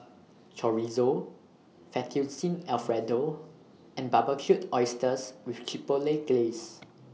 Chorizo Fettuccine Alfredo and Barbecued Oysters with Chipotle Glaze